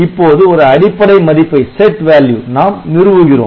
இப்போது ஒரு அடிப்படை மதிப்பை நாம் நிறுவுகிறோம்